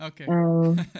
Okay